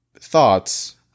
thoughts